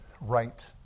right